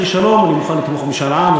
בשביל שלום אני מוכן לתמוך במשאל עם.